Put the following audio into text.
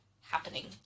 happening